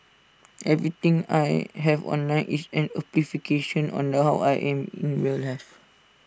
everything I have online is an amplification on the how I am in real life